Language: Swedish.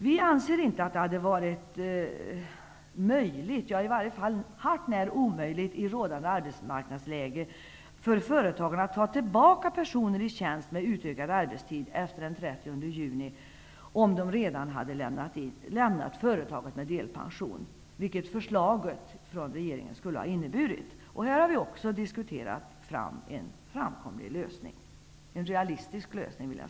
Vi anser inte att det hade varit möjligt -- i varje fall hade det varit hart när omöjligt -- i rådande arbetsmarknadsläge för företagen att efter den 30 juni ta tillbaka personer i tjänst med utökad arbetstid om de redan hade lämnat företagen med delpension, vilket förslaget från regeringen skulle ha inneburit. Vi har också i detta fall diskuterat fram en realistisk lösning.